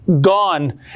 Gone